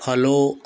follow